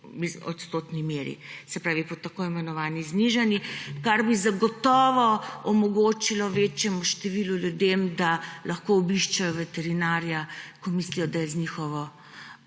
odstotni meri, se pravi po tako imenovani znižani, kar bi zagotovo omogočilo večjemu številu ljudi, da lahko obiščejo veterinarja, ko mislijo, da je z njihovo